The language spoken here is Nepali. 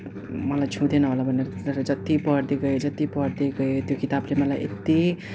मलाई छुँदैन होला भनेर तर जत्ति पढ्दै गएँ जत्ति पढ्दै गएँ त्यो किताबले मलाई यति